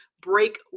break